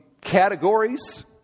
categories